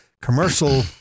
commercial